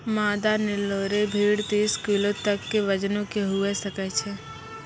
मादा नेल्लोरे भेड़ तीस किलो तक के वजनो के हुए सकै छै